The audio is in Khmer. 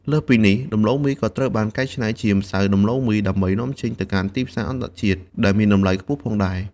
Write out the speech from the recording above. លើសពីនេះ ដំឡូងមីក៏ត្រូវបានកែច្នៃជា ម្សៅដំឡូងមី ដើម្បីនាំចេញទៅកាន់ទីផ្សារអន្តរជាតិ ដែលមានតម្លៃខ្ពស់ផងដែរ។